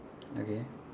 okay